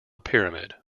pyramid